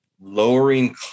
lowering